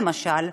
למשל,